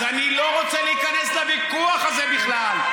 אז אני לא רוצה להיכנס לוויכוח הזה בכלל.